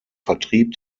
vertrieb